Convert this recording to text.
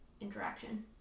interaction